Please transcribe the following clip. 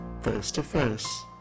face-to-face